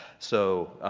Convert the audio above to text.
so